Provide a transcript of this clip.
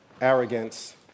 arrogance